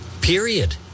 Period